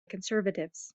conservatives